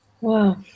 Wow